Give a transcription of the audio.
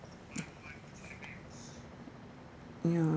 ya